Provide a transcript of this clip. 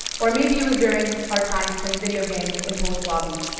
or maybe it was during our times playing video games in post lobby.